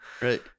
right